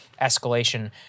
escalation